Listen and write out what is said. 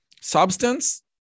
substance